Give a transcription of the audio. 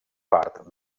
part